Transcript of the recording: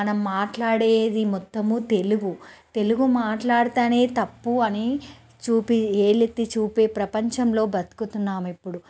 మనం మాట్లాడేది మొత్తము తెలుగు తెలుగు మాట్లాడితేనే తప్పు అని చూపి వేలు ఎత్తి చూపే ప్రపంచంలో బతుకుతున్నాం ఇప్పుడు